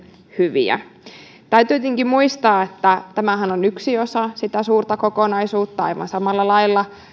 hyviä täytyy tietenkin muistaa että tämähän on yksi osa sitä suurta kokonaisuutta aivan samalla lailla